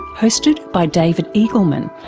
hosted by david eagleman,